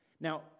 now